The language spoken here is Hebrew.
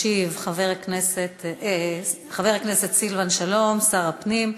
ישיב חבר הכנסת סילבן שלום, שר הפנים.